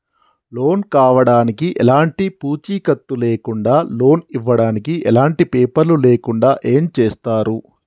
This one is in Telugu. లోన్ కావడానికి ఎలాంటి పూచీకత్తు లేకుండా లోన్ ఇవ్వడానికి ఎలాంటి పేపర్లు లేకుండా ఏం చేస్తారు?